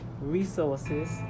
resources